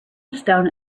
stone